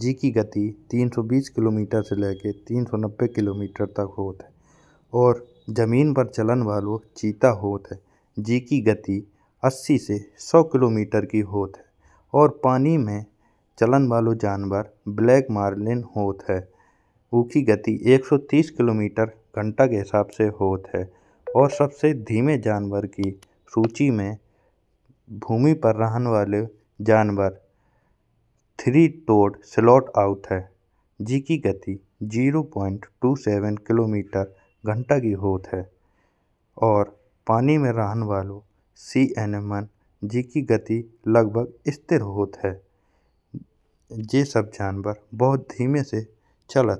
जेेकी गति तीन सौ बीस किलोमीटर से लईके तीन सौ नब्बे किलोमीटर तक होत है। जमीन में चलन वलो जनवर चीता होत है जैसे कि गति अस्सी से एक सौ किलोमीटर होत है। अउर पानी में चलन वलो जनवर ब्लैक मार्लिन होत है। उकी गति एक सौ तीस किलोमीटर घंटा के हिसाब से होत है। अउर सबसे धीमे जनवर की सूची में भूमि पे रहन वलो जनवर थ्री टोड स्लॉथ अउत है। जैसे कि गति शून्य दशमलव दो सात किलोमीटर घंटा की होत है। अउर पानी में रहन वलो समुंद्र जनवर जेेकी गति लगभग स्थिर होत है। अब ये सब जनवर बहुत धीमे से चलत है।